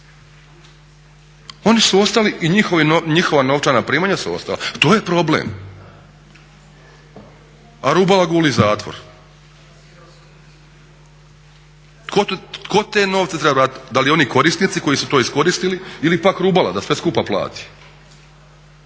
Oni su ostali i njihova novčana primanja su ostala, to je problem, a Rubala guli zatvor. Tko te novce treba vratiti? Da li oni korisnici koji su to iskoristili ili pak Rubala da sve skupa plati.